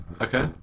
Okay